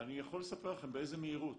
אני יכול לספר לכם באיזו מהירות